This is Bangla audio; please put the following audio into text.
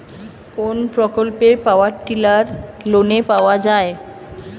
কোন প্রকল্পে পাওয়ার টিলার লোনে পাওয়া য়ায়?